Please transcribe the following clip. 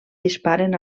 disparen